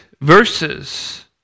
verses